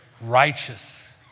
righteous